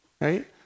Right